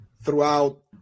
throughout